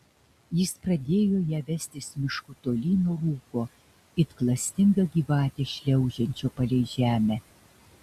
jis pradėjo ją vestis mišku tolyn nuo rūko it klastinga gyvatė šliaužiančio palei žemę